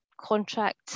contract